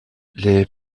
les